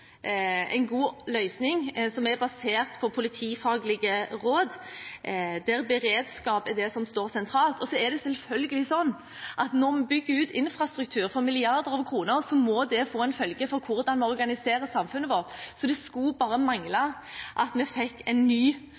en god løsning, basert på politifaglige råd, og der beredskap er det som står sentralt. Når en bygger ut infrastruktur for milliarder av kroner, må det selvfølgelig få en følge for hvordan vi organiserer samfunnet vårt. Så det skulle bare mangle at det blir en endring når Rogfast er på plass. Da har vi